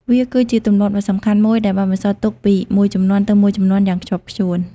វាគឺជាទម្លាប់ដ៏សំខាន់មួយដែលបានបន្សល់ទុកពីមួយជំនាន់ទៅមួយជំនាន់យ៉ាងខ្ជាប់ខ្ជួន។